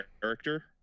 character